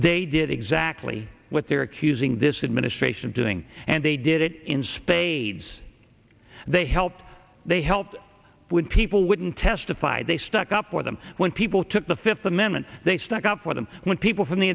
they did exactly what they were accusing this administration doing and they did it in spades they helped they helped when people wouldn't testify they stuck up for them when people took the fifth amendment they stuck up for them when people from the